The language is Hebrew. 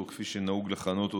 או כפי שנהוג לכנות אותה,